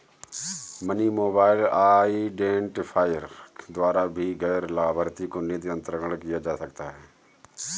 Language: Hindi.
मनी मोबाइल आईडेंटिफायर द्वारा भी गैर लाभार्थी को निधि अंतरण किया जा सकता है